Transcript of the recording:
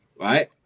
right